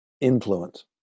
influence